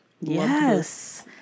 Yes